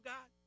God